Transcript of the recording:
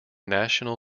national